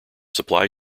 supply